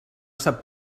sap